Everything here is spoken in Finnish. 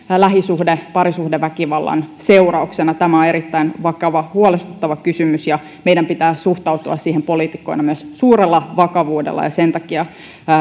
lähisuhde ja parisuhdeväkivallan seurauksena tämä on erittäin vakava ja huolestuttava kysymys ja meidän pitää suhtautua siihen poliitikkoina myös suurella vakavuudella ja sen takia